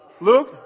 Luke